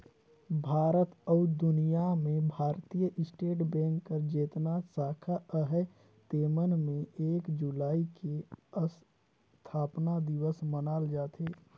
भारत अउ दुनियां में भारतीय स्टेट बेंक कर जेतना साखा अहे तेमन में एक जुलाई के असथापना दिवस मनाल जाथे